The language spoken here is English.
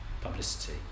publicity